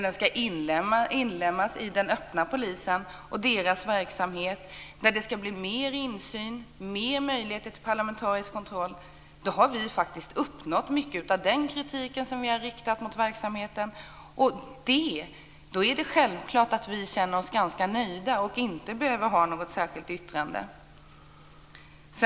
Den ska inlemmas i den öppna polisens verksamhet, men det ska bli mer insyn, fler möjligheter till parlamentarisk kontroll. Därmed har vi faktiskt uppnått mycket av det vi avsåg med den kritik som vi har riktat mot verksamheten. Då är det självklart att vi känner oss ganska nöjda och inte behöver göra något särskilt yttrande.